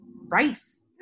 rice